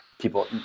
people